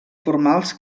formals